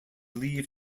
leave